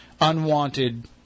unwanted